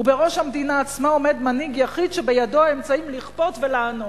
ובראש המדינה עצמה עומד מנהיג יחיד שבידו האמצעים לכפות ולענוש".